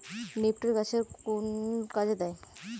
নিপটর গাছের কোন কাজে দেয়?